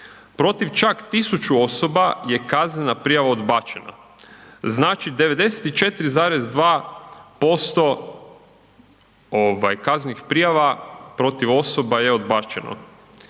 protiv čak 1000 osoba je kaznena prijava odbačena, znači 94,2% ovaj kaznenih prijava protiv osoba je odbačeno